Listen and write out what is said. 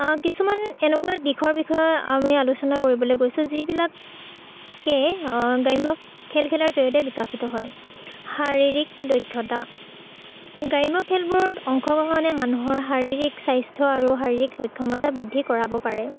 কিছুমান এনেকুৱা দিশৰ বিষয়ে আমি আলোচনা কৰিবলৈ গৈছোঁ যিবিলাকে গ্ৰাম্য খেল খেলাৰ জৰিয়তে বিকাশিত হয় শাৰীৰিক দক্ষতা গ্ৰাম্য খেলবোৰত অংশগ্ৰহণে মানুহৰ শাৰীৰিক স্বাস্থ্য আৰু শাৰীৰিক সক্ষমতা বৃদ্ধি কৰাব পাৰে